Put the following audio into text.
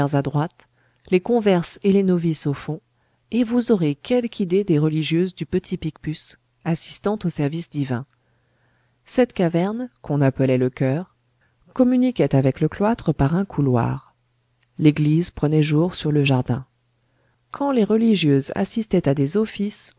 à droite les converses et les novices au fond et vous aurez quelque idée des religieuses du petit picpus assistant au service divin cette caverne qu'on appelait le choeur communiquait avec le cloître par un couloir l'église prenait jour sur le jardin quand les religieuses assistaient à des offices